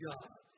God